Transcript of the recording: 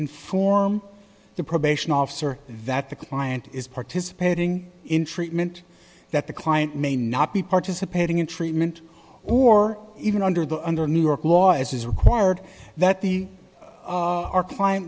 inform the probation officer that the client is participating in treatment that the client may not be participating in treatment or even under the under new york law as is required that the our